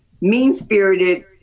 mean-spirited